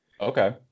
Okay